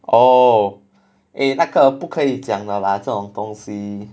oh eh 那个不可以讲的啦这种东西